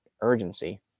urgency